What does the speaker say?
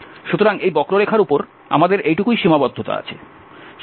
সুতরাং এই বক্ররেখার উপর আমাদের এইটুকুই সীমাবদ্ধতা আছে